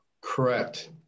Correct